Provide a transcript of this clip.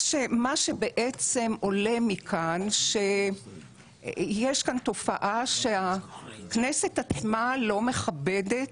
מה שבעצם עולה מכאן זה שיש כאן תופעה שהכנסת עצמה לא מכבדת